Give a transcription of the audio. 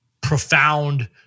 profound